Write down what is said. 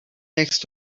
next